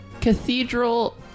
cathedral